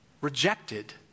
rejected